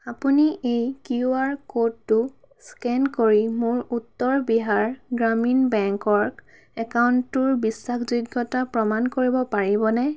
আপুনি এই Q R ক'ডটো স্কেন কৰি মোৰ উত্তৰ বিহাৰ গ্ৰামীণ বেংকৰ একাউণ্টটোৰ বিশ্বাসযোগ্যতা প্ৰমাণ কৰিব পাৰিবনে